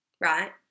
right